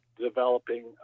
developing